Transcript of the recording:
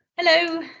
Hello